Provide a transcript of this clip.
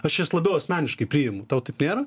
aš jas labiau asmeniškai priimu tau taip nėra